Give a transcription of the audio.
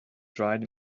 dried